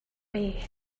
way